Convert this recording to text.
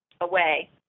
away